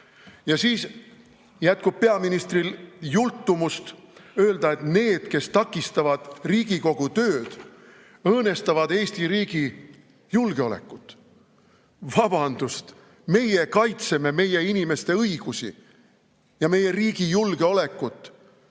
Ja siis jätkub peaministril jultumust öelda, et need, kes takistavad Riigikogu tööd, õõnestavad Eesti riigi julgeolekut. Vabandust! Meie kaitseme meie inimeste õigusi ja meie riigi julgeolekut